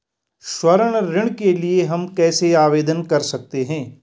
स्वर्ण ऋण के लिए हम कैसे आवेदन कर सकते हैं?